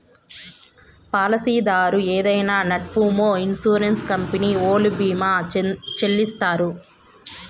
పాలసీదారు ఏదైనా నట్పూమొ ఇన్సూరెన్స్ కంపెనీ ఓల్లు భీమా చెల్లిత్తారు